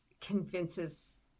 convinces